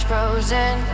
Frozen